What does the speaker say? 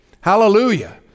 Hallelujah